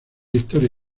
historia